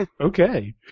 Okay